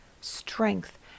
strength